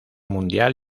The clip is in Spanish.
mundial